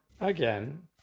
again